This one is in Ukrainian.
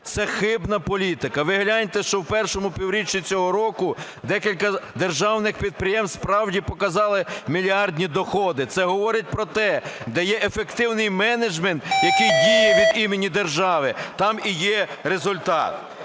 Це хибна політики. Ви гляньте, що в першому півріччі цього року декілька державних підприємств справді показали мільярдні доходи. Це говорить про те, де є ефективний менеджмент, який діє від імені держави, там і є результат.